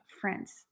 friends